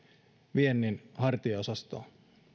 viennin hartiaosastoon